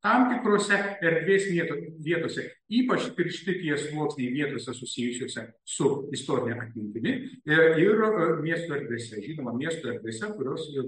tam tikrose erdvėsvieto vietose ypač tiršti tie sluoksniai vietose susijusiose su istorine atmintimi ir ir miesto erdvėse žinoma miesto erdvėse kurios jau